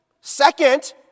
Second